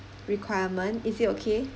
requirement is it okay